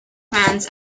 fans